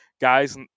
guys